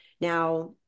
Now